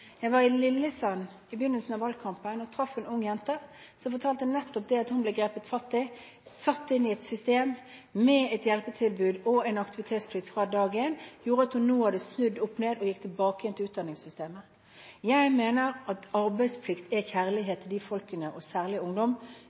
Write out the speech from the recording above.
Jeg var i Lillesand i begynnelsen av valgkampen og traff en ung jente. Hun fortalte nettopp det – at hun ble grepet fatt i, satt inn i et system med et hjelpetilbud og en aktivitetsplikt fra dag én, gjorde at hun nå hadde snudd opp ned og gått tilbake til utdanningssystemet igjen. Jeg mener at arbeidsplikt er kjærlighet til de folkene – og særlig ungdom